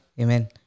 Amen